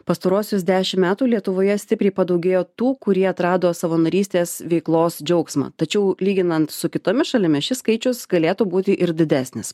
pastaruosius dešim metų lietuvoje stipriai padaugėjo tų kurie atrado savanorystės veiklos džiaugsmą tačiau lyginant su kitomis šalimis šis skaičius galėtų būti ir didesnis